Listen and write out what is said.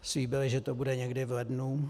Slíbili, že to bude někdy v lednu.